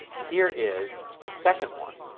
here is the second one.